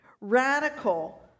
radical